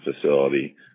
facility